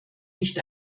nicht